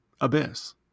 abyss